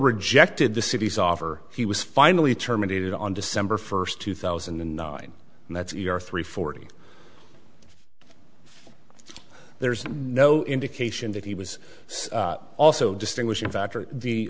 rejected the cities offer he was finally terminated on december first two thousand and nine and that's your three forty there's no indication that he was also distinguishing factor the